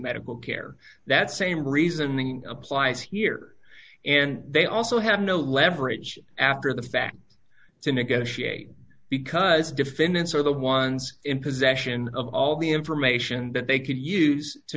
medical care that same reasoning applies here and they also have no leverage after the back to negotiate because defendants are the ones in possession of all the information that they could use to